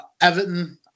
Everton